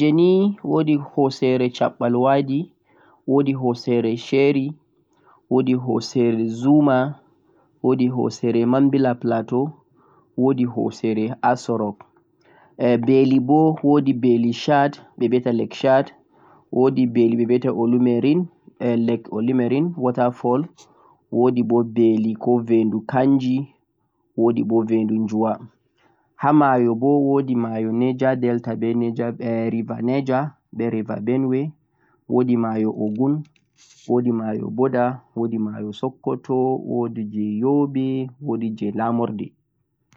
koseje nii wodi hosere shaɓɓal wardi, sherii, zuma, mambila platu. Beli boo wodi beli lake chat, veendu olimirin, veendu kanji wodi bo veendu njuwa. Ha mayo boo wodi mayo benue be mayo niger, wodi mayo Boda, wodi mayo sokoto, wodi je yobe wodi boo je lamurde